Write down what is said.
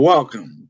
Welcome